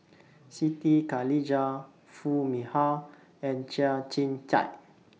Siti Khalijah Foo Mee Har and Chia Tee Chiak